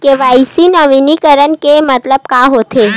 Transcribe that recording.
KYC नवीनीकरण के मतलब का होथे?